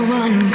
one